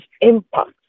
impact